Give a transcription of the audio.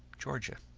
georgia.